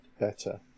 better